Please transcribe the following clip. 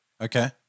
okay